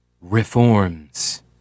reforms